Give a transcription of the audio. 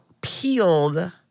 Peeled